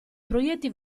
proietti